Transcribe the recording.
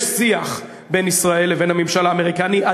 יש שיח הדוק ביותר בין ישראל לבין הממשל האמריקני.